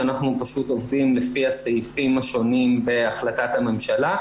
שאנחנו פשוט עובדים לפי הסעיפים השונים בהחלטת הממשלה,